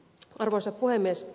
arvoisa puhemies